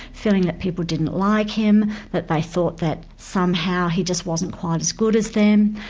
feeling that people didn't like him, that they thought that somehow he just wasn't quite as good as them.